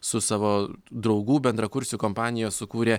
su savo draugų bendrakursių kompanija sukūrė